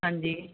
ਹਾਂਜੀ